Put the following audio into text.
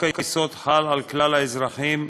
חוק-היסוד חל על כלל האזרחים,